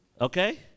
Okay